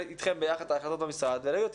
אתכם ביחד את ההחלטות במשרד ולהגיד לו,